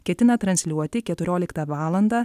ketina transliuoti keturioliktą valandą